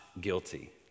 guilty